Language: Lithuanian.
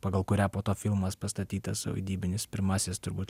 pagal kurią po to filmas pastatytas vaidybinis pirmasis turbūt